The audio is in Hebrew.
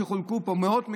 שחולקו פה, מאות מיליונים,